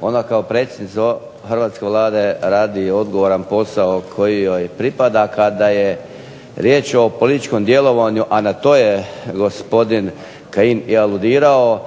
Ona kao predsjednica hrvatske Vlade radi odgovoran posao koji joj pripada, kada je riječ o političkom djelovanju, a na to je gospodin Kajin aludirao,